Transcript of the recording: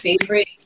favorite